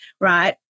right